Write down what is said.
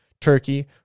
Turkey